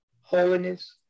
holiness